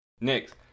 Next